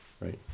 Right